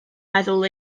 meddwl